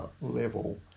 level